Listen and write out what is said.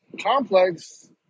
Complex